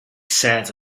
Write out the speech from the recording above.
sat